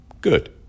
Good